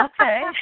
Okay